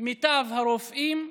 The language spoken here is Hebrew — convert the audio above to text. את מיטב הרופאים,